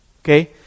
Okay